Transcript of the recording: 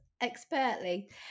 expertly